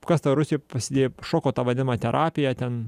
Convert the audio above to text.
kas toj rusijoj prasidėjo šoko ta vadinama terapija ten